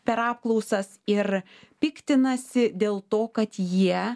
per apklausas ir piktinasi dėl to kad jie